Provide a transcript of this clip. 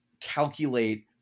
calculate